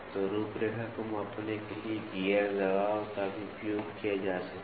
तो रूपरेखा को मापने के लिए गियर दबाव का भी उपयोग किया जा सकता है